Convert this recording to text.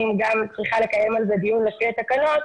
גם צריכה לקיים על זה דיון לפי התקנות,